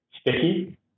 sticky